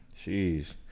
Jeez